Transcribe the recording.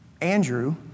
Andrew